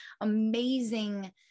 amazing